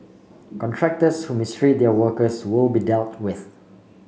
contractors who mistreat their workers will be dealt with